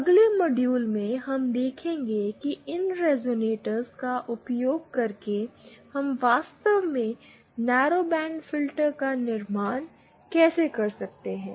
अगले मॉड्यूल में हम देखेंगे कि इन रेज़ोनेटरों का उपयोग करके हम वास्तव में नैरोबैंड फिल्टर का निर्माण कैसे कर सकते हैं